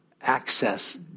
access